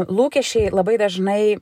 lūkesčiai labai dažnai